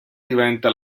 diventa